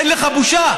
אין לך בושה?